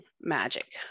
magic